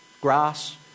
grass